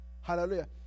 Hallelujah